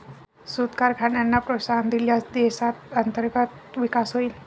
सूत कारखान्यांना प्रोत्साहन दिल्यास देशात अंतर्गत विकास होईल